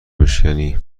بشکنی